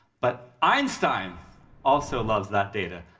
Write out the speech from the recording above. but einstein also loves that data,